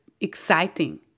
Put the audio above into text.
exciting